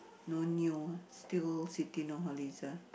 no new ah still Siti Nurhaliza